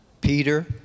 Peter